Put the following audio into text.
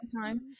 time